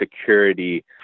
security